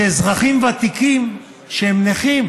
שאזרחים ותיקים שהם נכים,